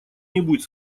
нибудь